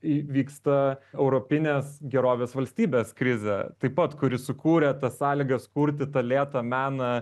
įvyksta europinės gerovės valstybės krizė taip pat kuri sukūrė tas sąlygas kurti tą lėtą meną